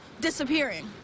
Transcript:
disappearing